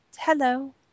hello